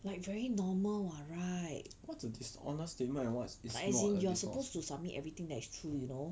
like very normal [what] right as in you are supposed to submit everything that is true you know